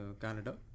Canada